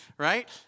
right